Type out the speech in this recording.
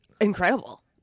incredible